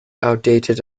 outdated